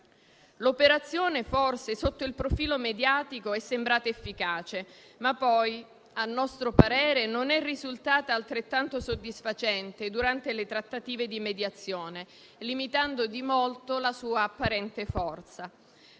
L'operazione forse sotto il profilo mediatico è sembrata efficace, ma poi, a nostro parere, non è risultata altrettanto soddisfacente durante le trattative di mediazione, limitando di molto la sua apparente forza.